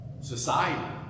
Society